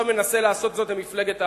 עכשיו הוא מנסה לעשות זאת למפלגת העבודה.